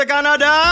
Canada